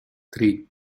three